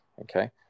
Okay